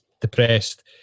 depressed